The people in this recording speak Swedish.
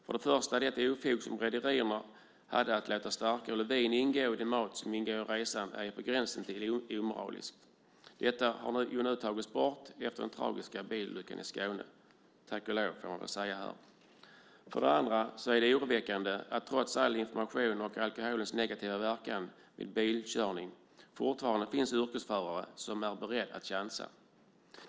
För det första är det ofog som rederierna hade, att låta starköl eller vin ingå i den mat som ingår i resan, på gränsen till omoraliskt. Detta har nu tagits bort efter den tragiska bilolyckan i Skåne - tack och lov, får man väl säga. För det andra är det oroväckande att det trots all information om alkoholens negativa verkan vid bilkörning fortfarande finns yrkesförare som är beredda att chansa.